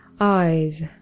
Eyes